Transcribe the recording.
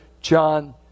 John